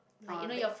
oh that